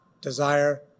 desire